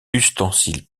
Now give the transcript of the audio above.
ustensiles